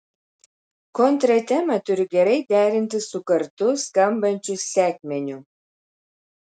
kontratema turi gerai derintis su kartu skambančiu sekmeniu